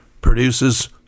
produces